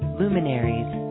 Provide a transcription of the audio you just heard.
luminaries